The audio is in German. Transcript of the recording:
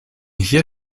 hier